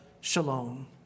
shalom